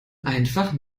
einfach